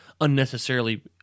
unnecessarily